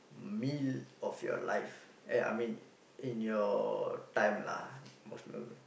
meal of your life eh I mean in your time lah most memorable